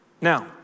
Now